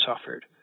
suffered